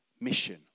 mission